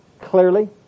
clearly